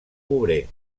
obrer